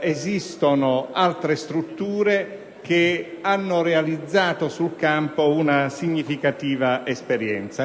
esistono altre strutture che hanno realizzato sul campo una significativa esperienza.